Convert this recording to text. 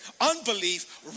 Unbelief